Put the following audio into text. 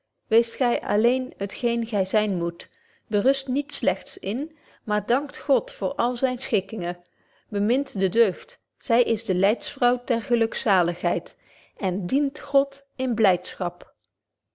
weest gy alleen het geen gy zyn moet berust niet slegts in maar dankt god voor alle zyne schikkingen bemint de deugd zy is de leidsvrouw ter gelukzaligheid en dient god in